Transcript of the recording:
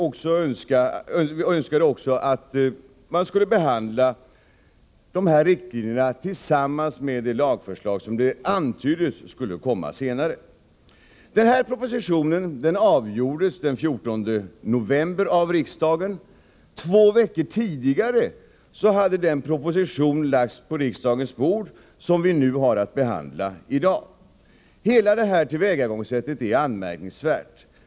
Vi önskade att man skulle behandla dessa riktlinjer tillsammans med det lagförslag, som det antyddes skulle komma senare. Den propositionen avgjordes den 14 november av riksdagen. Två veckor tidigare hade den proposition som vi i dag har att behandla lagts på riksdagens bord. Hela det här tillvägagångssättet är anmärkningsvärt.